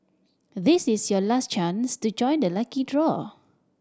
this is your last chance to join the lucky draw